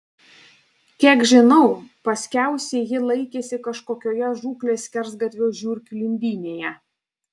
kiek žinau paskiausiai ji laikėsi kažkokioje žūklės skersgatvio žiurkių lindynėje